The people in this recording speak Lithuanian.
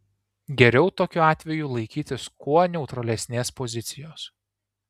geriau tokiu atveju laikytis kuo neutralesnės pozicijos